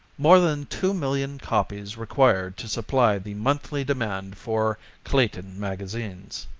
more than two million copies required to supply the monthly demand for clayton magazines.